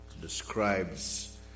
describes